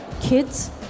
kids